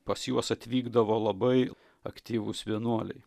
pas juos atvykdavo labai aktyvūs vienuoliai